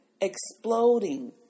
exploding